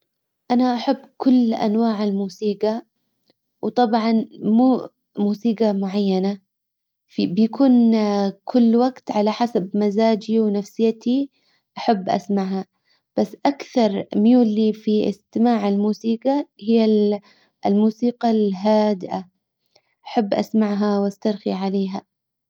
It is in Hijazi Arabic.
انا احب كل انواع الموسيجى. وطبعا مو موسيجى معينة. بيكون كل وقت على حسب مزاجي ونفسيتي احب اسمعها. بس اكثر ميول لي في استماع الموسيجى هي الموسيقى الهادئة احب اسمعها واسترخي عليها.